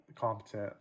competent